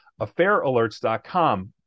AffairAlerts.com